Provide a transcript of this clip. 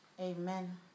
Amen